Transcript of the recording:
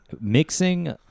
mixing